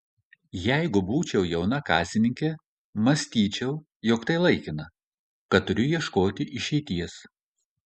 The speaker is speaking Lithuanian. jeigu būčiau jauna kasininkė mąstyčiau jog tai laikina kad turiu ieškoti išeities